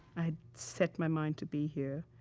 i'd set my mind to be here,